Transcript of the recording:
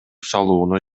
салууну